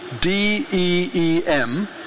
D-E-E-M